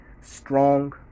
strong